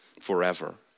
forever